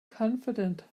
confident